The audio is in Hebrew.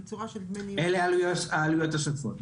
אלה העלויות השוטפות.